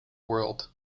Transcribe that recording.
world